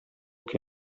che